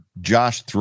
Josh